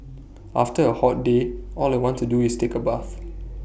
after A hot day all I want to do is take A bath